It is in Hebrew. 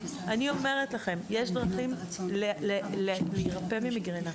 אני אומרת לכם שיש דרכים להירפא ממיגרנה.